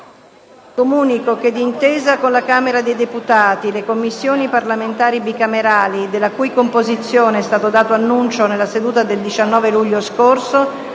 Comunico che, d'intesa con la Camera dei deputati, le Commissioni parlamentari bicamerali - della cui composizione è stato dato annuncio nella seduta del 19 luglio scorso